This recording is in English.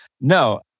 no